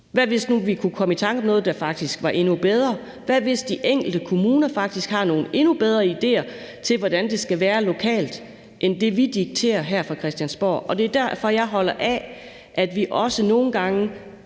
Hvad nu, hvis vi kunne komme i tanke om noget, der faktisk var endnu bedre? Hvad nu, hvis de enkelte kommuner faktisk har nogle endnu bedre idéer til, hvordan det skal være lokalt, end det, vi dikterer her fra Christiansborg? Det er derfor, jeg holder af, at vi nogle gange